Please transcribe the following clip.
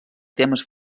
temes